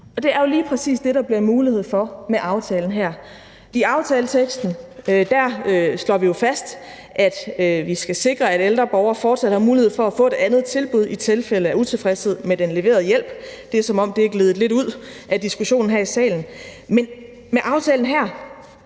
Det er lige præcis det, der bliver mulighed for med aftalen her. I aftaleteksten slår vi fast, at vi skal sikre, at ældre borgere fortsat har mulighed for at få et andet tilbud i tilfælde af utilfredshed med den leverede hjælp. Det er, som om det er gledet lidt ud af diskussionen her i salen, men med aftalen her